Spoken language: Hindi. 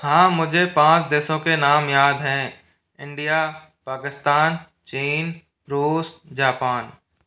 हाँ मुझे पाँच देशों के नाम याद हैं इंडिया पाकिस्तान चीन रूस जापान